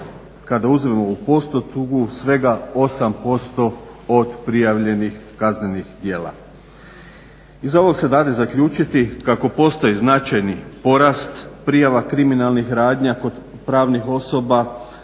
kada uzmemo u postotku svega 8% od prijavljenih kaznenih djela. Iz ovog se dade zaključiti kako postoji značajni porast prijava kriminalnih radnji kod pravnih osoba,